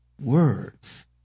words